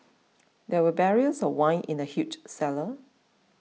there were barrels of wine in the huge cellar